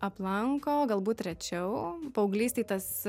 aplanko galbūt rečiau paauglystėj tas